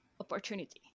opportunity